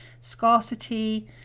scarcity